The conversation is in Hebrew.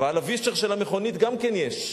ועל הווישר של המכונית גם כן יש,